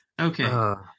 Okay